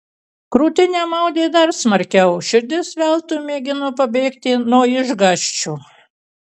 krūtinę maudė dar smarkiau širdis veltui mėgino pabėgti nuo išgąsčio